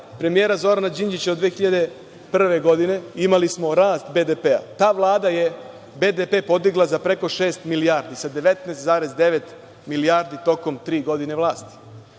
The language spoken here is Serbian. premijera Zorana Đinđića 2001. godine imali smo rast BDP. Ta Vlada je BDP podigla za preko šest milijardi, sa 19,9 milijardi tokom tri godine vlasti.